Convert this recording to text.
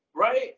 Right